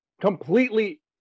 completely